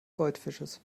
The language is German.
goldfisches